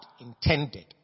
intended